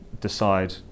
decide